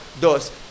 dos